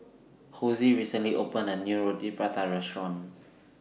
Hosie recently opened A New Roti Prata Restaurant